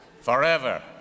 Forever